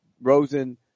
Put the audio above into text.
Rosen